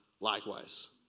likewise